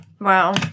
Wow